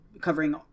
covering